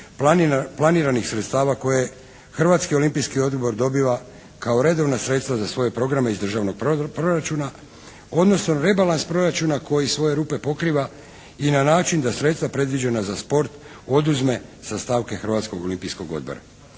planiranih sredstava koje Hrvatski olimpijski odbor dobiva kao redovna sredstva za svoje programe iz državnog proračuna, odnosno rebalans proračuna koji svoje rupe pokriva i na način da sredstva predviđena za sport oduzme sa stavke Hrvatskog olimpijskog odbora.